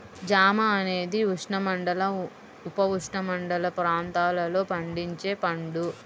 జామ అనేది ఉష్ణమండల, ఉపఉష్ణమండల ప్రాంతాలలో పండించే పండు